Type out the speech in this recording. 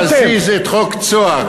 אתה לא הצלחת להזיז את חוק "צהר",